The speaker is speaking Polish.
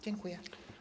Dziękuję.